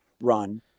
run